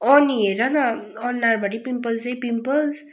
नि हेर न अनुहारभरि पिम्पल्सै पिम्पल्स